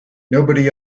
nobody